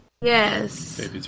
Yes